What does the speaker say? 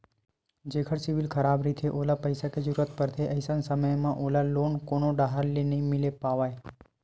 जेखर सिविल खराब रहिथे ओला पइसा के जरूरत परथे, अइसन समे म ओला लोन कोनो डाहर ले नइ मिले पावय